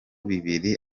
bibiri